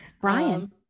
Brian